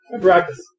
practice